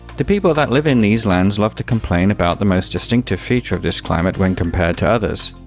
the people that live in these lands love to complain about the most distinctive feature of this climate when compared to others,